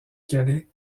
calais